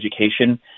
education